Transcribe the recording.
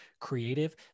creative